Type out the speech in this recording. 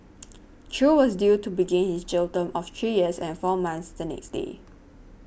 Chew was due to begin his jail term of three years and four months the next day